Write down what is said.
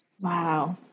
Wow